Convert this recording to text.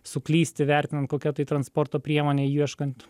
suklysti vertinant kokia tai transporto priemonė ieškant